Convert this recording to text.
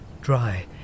dry